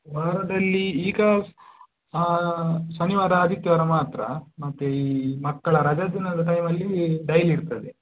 ವಾರದಲ್ಲಿ ಈಗ ಶನಿವಾರ ಆದಿತ್ಯವಾರ ಮಾತ್ರ ಮತ್ತು ಈ ಮಕ್ಕಳ ರಜಾದಿನದ ಟೈಮಲ್ಲಿ ಡೈಲಿ ಇರ್ತದೆ